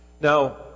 Now